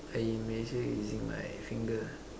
I measure using my finger